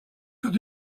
got